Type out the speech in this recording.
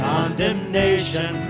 Condemnation